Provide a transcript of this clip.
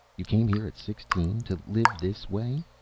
you came here at sixteen. to live this way.